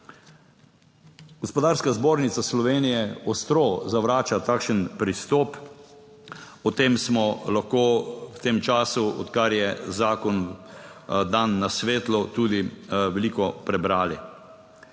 Gospodarska zbornica Slovenije ostro zavrača takšen pristop, o tem smo lahko v tem času, odkar je zakon dan na svetlo, tudi veliko prebrali.